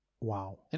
Wow